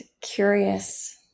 curious